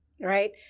Right